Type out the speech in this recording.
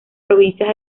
provincias